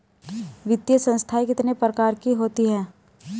वित्तीय संस्थाएं कितने प्रकार की होती हैं?